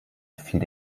fiel